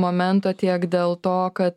momento tiek dėl to kad